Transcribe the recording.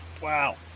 Wow